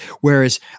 whereas